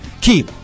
keep